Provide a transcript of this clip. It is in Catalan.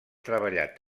treballat